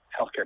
healthcare